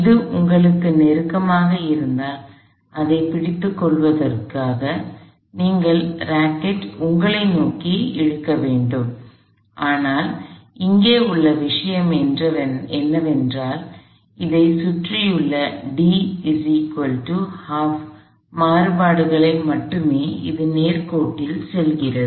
அது உங்களுக்கு நெருக்கமாக இருந்தால் அதைப் பிடித்துக் கொள்வதற்காக நீங்கள் ராக்கெட் உங்களை நோக்கி இழுக்க வேண்டும் ஆனால் இங்கே உள்ள விஷயம் என்னவென்றால் அதைச் சுற்றியுள்ள மாறுபாடுகளுடன் மட்டுமே அது நேர்கோட்டில் செல்கிறது